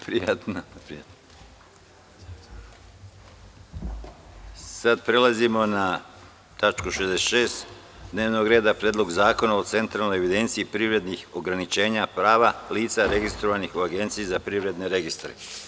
Prelazimo na 66 tačku dnevnog reda – PREDLOG ZAKONA O CENTRALNOJ EVIDENCIJI PRIVREMENIH OGRANIČENjA PRAVA LICA REGISTROVANIH U AGENCIJI ZA PRIVREDNE REGISTRE.